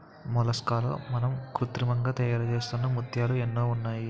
మొలస్కాల్లో మనం కృత్రిమంగా తయారుచేస్తున్న ముత్యాలు ఎన్నో ఉన్నాయి